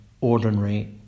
ordinary